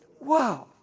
wow